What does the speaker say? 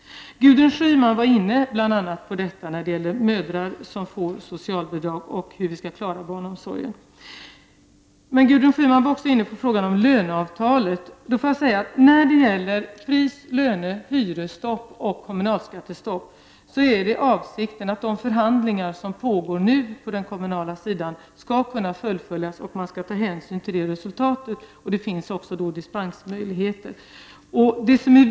Gudrun Schyman var inne på frågan om mödrar som får socialbidrag och på frågan om hur vi skall klara barnomsorgen. Gudrun Schyman kom också in på frågan om löneavtalet. I fråga om pris-, löne-, hyresoch kommunalskattestoppen är avsikten att de förhandlingar som nu pågår på den kommunala sidan skall kunna fullföljas. Man skall ta hänsyn till resultatet av dessa förhandlingar, och det kommer att finnas dispensmöjligheter.